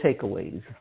takeaways